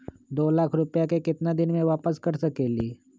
दो लाख रुपया के केतना दिन में वापस कर सकेली?